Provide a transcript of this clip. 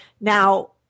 Now